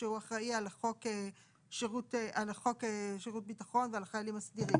אחראי על החוק שירות ביטחון ועל החיילים הסדירים.